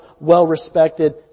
well-respected